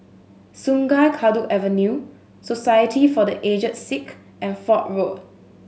Sungei Kadut Avenue Society for The Aged Sick and Fort Road